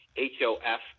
HOF